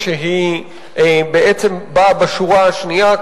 ההורים שלהם.